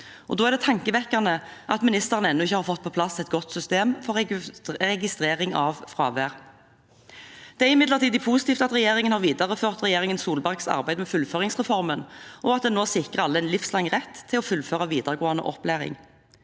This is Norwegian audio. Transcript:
Da er det tankevekkende at ministeren ennå ikke har fått på plass et godt system for registrering av fravær. Det er imidlertid positivt at regjeringen har videreført regjeringen Solbergs arbeid med fullføringsreformen, og at en nå sikrer alle en livslang rett til å fullføre videregående opplæring.